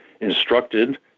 instructed